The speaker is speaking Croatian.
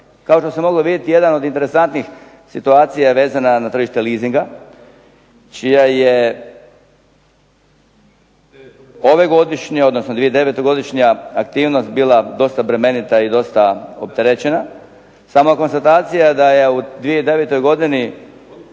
Kao što se moglo vidjeti jedna od interesantnijih situacija je vezana na tržište leasinga čija je ovogodišnja, odnosno 2009-godišnja aktivnost bila dosta bremenita i dosta opterećena. Sama konstatacija da je u 2009. godini